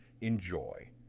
Enjoy